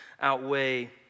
outweigh